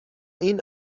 این